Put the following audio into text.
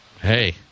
Hey